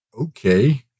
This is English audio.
Okay